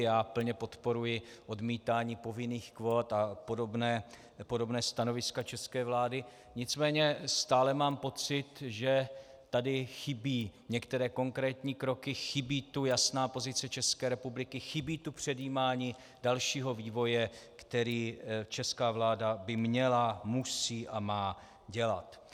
Já plně podporuji odmítání povinných kvót a podobná stanoviska české vlády, nicméně stále mám pocit, že tady chybí některé konkrétní kroky, chybí tu jasná pozice České republiky, chybí tu předjímání dalšího vývoje, který česká vláda by měla, musí a má dělat.